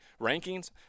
rankings